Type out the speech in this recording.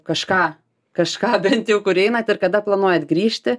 kažką kažką bent jau kur einat ir kada planuojat grįžti